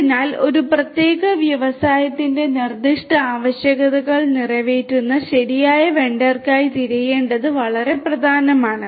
അതിനാൽ ഒരു പ്രത്യേക വ്യവസായത്തിന്റെ നിർദ്ദിഷ്ട ആവശ്യകതകൾ നിറവേറ്റുന്ന ശരിയായ വെണ്ടർക്കായി തിരയേണ്ടത് വളരെ പ്രധാനമാണ്